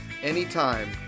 Anytime